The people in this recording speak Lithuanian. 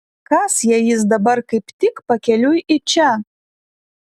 kas jei jis dabar kaip tik pakeliui į čia